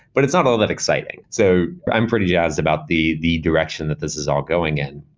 but it's not all that exciting. so i'm pretty jazzed about the the direction that this is all going in.